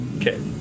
Okay